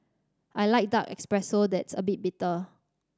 I like dark espresso that's a bit bitter